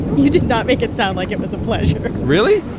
you did not make it sound like it was a pleasure really?